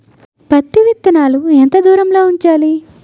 పత్తి విత్తనాలు ఎంత దూరంలో ఉంచాలి?